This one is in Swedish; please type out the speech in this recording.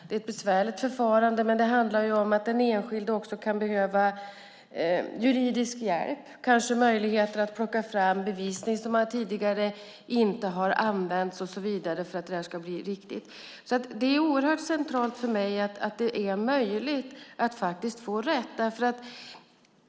Det är ett besvärligt förfarande, men det handlar om att den enskilde också kan behöva juridisk hjälp och kanske möjligheter att ta fram bevisning som tidigare inte använts och så vidare. Det är oerhört centralt för mig att det är möjligt att få rätt.